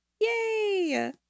Yay